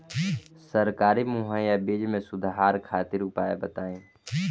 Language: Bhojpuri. सरकारी मुहैया बीज में सुधार खातिर उपाय बताई?